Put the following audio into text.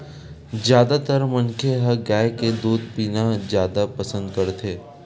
जादातर मनखे ह गाय के दूद पीना जादा पसंद करथे